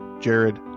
jared